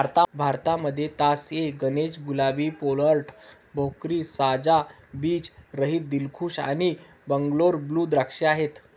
भारतामध्ये तास ए गणेश, गुलाबी, पेर्लेट, भोकरी, साजा, बीज रहित, दिलखुश आणि बंगलोर ब्लू द्राक्ष आहेत